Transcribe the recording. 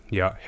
ja